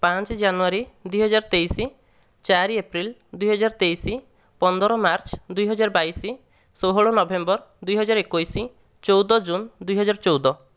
ପାଞ୍ଚେ ଜାନୁଆରୀ ଦୁଇହଜାର ତେଇଶି ଚାରି ଏପ୍ରିଲ ଦୁଇହଜାର ତେଇଶି ପନ୍ଦର ମାର୍ଚ୍ଚ ଦୁଇହଜାର ବାଇଶି ଷୋହଳ ନଭେମ୍ବର ଦୁଇହଜାର ଏକୋଇଶି ଚଉଦ ଜୁନ ଦୁଇହଜାର ଚଉଦ